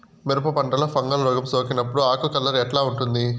మిరప పంటలో ఫంగల్ రోగం సోకినప్పుడు ఆకు కలర్ ఎట్లా ఉంటుంది?